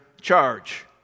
charge